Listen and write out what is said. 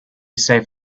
safe